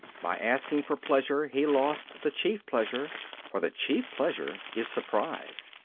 by asking for pleasure, he lost the chief pleasure for the chief pleasure is surprise.